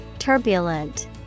Turbulent